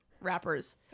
rappers